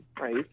right